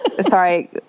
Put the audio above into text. Sorry